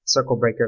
Circlebreaker